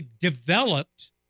developed